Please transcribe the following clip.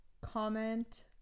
comment